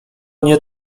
nie